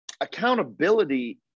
accountability